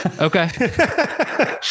Okay